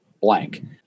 blank